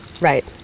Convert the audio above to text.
Right